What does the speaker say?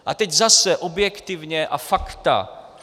A teď zase objektivně a fakta.